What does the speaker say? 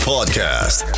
Podcast